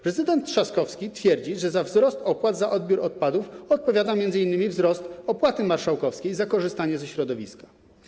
Prezydent Trzaskowski twierdzi, że za wzrost opłat za odbiór odpadów odpowiada min. wzrost opłaty marszałkowskiej za korzystanie ze środowiska.